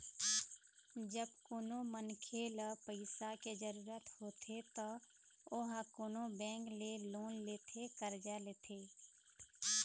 जब कोनो मनखे ल पइसा के जरुरत होथे त ओहा कोनो बेंक ले लोन लेथे करजा लेथे